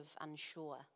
unsure